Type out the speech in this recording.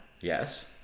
Yes